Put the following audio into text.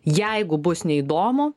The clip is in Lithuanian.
jeigu bus neįdomu